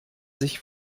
sich